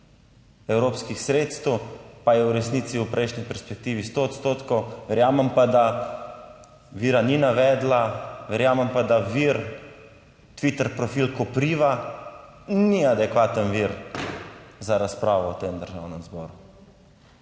evropskih sredstev, pa je v resnici v prejšnji perspektivi 100 odstotkov, verjamem pa, da vira ni navedla, verjamem pa, da vir Twitter profil Kopriva ni adekvaten vir za razpravo v tem Državnem zboru.